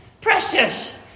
precious